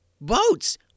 Boats